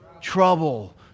trouble